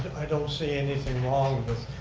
i don't see anything wrong with